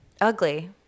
Ugly